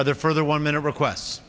are there for the woman or requests